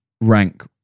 rank